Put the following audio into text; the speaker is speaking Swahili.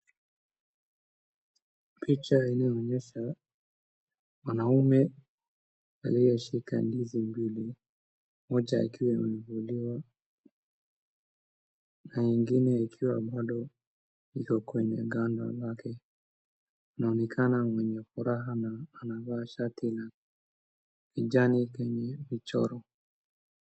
Picha inaonyesha wanaume walioshika ndizi mbili na ingine bado ikiwa kwenye ngano lake. Ni kama mwenye furaha na amevaa shati yenye michoro.